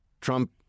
Trump